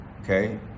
Okay